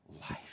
life